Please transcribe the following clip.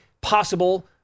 possible